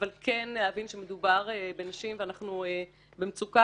אבל כן להבין שמדובר בנשים ואנחנו במצוקה